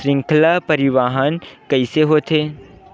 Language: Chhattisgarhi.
श्रृंखला परिवाहन कइसे होथे?